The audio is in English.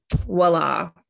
voila